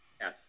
Yes